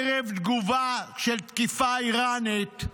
ערב תגובה של תקיפה איראנית,